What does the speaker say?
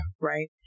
Right